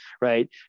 right